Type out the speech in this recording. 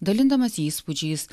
dalindamasi įspūdžiais